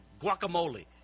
guacamole